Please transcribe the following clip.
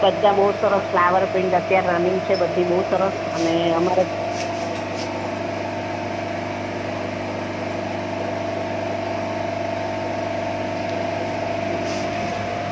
બધાં બહુ સરસ ફ્લાવર પ્રિન્ટ અત્યારે રનિંગ છે બધી બહુ સરસ અને અમારા